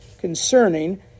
concerning